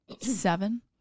Seven